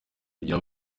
kugira